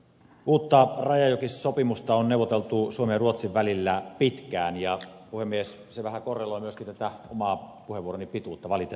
uutta rajajokisopimusta on neuvoteltu suomen ja ruotsin välillä pitkään ja puhemies se vähän korreloi myöskin oman puheenvuoroni pituuden kanssa valitettavasti